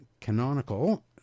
canonical